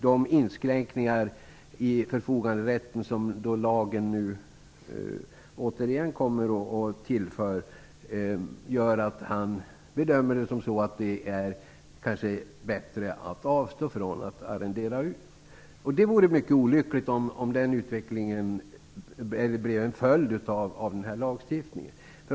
De inskränkningar i förfoganderätten som lagen återigen tillför gör kanske att han bedömer att det är bättre att avstå från att arrendera ut. Det vore mycket olycklig om den utvecklingen blev en följd av den här lagstiftningen.